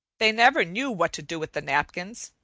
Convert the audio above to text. they never knew what to do with the napkins,